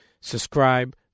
Subscribe